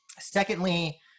Secondly